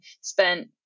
spent